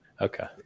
okay